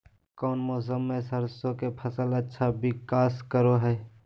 कौन मौसम मैं सरसों के फसल अच्छा विकास करो हय?